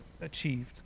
achieved